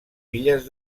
illes